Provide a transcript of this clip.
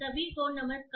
सभी को नमस्कार